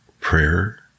prayer